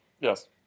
Yes